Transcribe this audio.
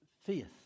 faith